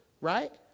right